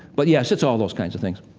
but yes, it's all those kinds of things.